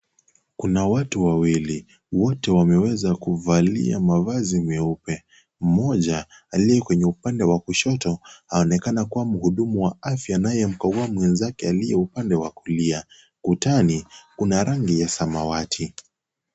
Kuna watu wawili wote wameweza kuvalia mavazi meupe mmoja aliye kwenye upande wa kushoto aonekana kuwa mhudumu wa afya anayemkagua mwenzake aliye upande wa kulia ukutani kuna rangi ya samawati.